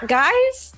guys